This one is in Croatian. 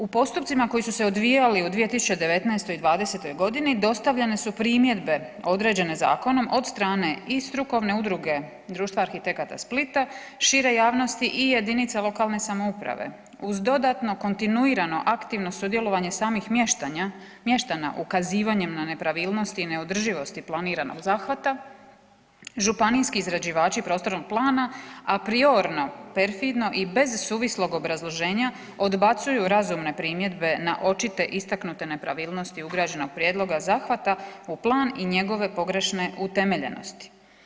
U postupcima koji su se odvijali u 2019. i 2020. g. dostavljene su primjedbe određene zakonom od strane i strukovne udruge Društva arhitekata Splita, šire javnosti i jedinice lokalne samouprave uz dodatno kontinuirano aktivno sudjelovanje samih mještana ukazivanjem na nepravilnosti i neodrživost planiranog zahvata, županijski izrađivači prostornog plana apriorno, perfidno i bez suvislog obrazloženja, odbacuju razumne primjedbe na očite istaknute nepravilnosti ugrađenog prijedloga zahvata u plan i njegove pogrešne utemeljenosti.